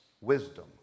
wisdom